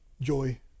joy